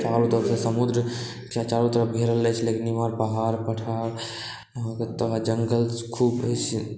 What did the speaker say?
चारू तरफ से समुद्र चारू तरफ घेरल रहै छै लेकिन एमहर पहाड़ पठार अहाँके तकरबाद जंगल खूब अछि से